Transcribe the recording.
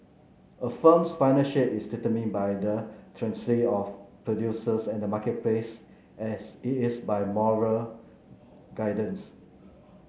a film's final shape is determined by the of producers and the marketplace as it is by moral guardians